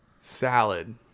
Salad